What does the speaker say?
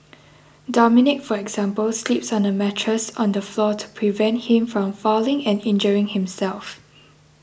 Dominic for example sleeps on a mattress on the floor to prevent him from falling and injuring himself